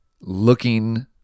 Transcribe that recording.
looking